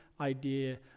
idea